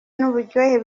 n’uburyohe